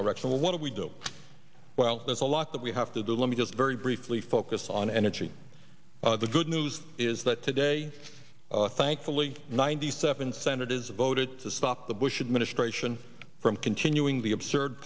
direction and what do we do well there's a lot that we have to do let me just very briefly focus on energy the good news is that today thankfully ninety seven senators voted to stop the bush administration from continuing the absurd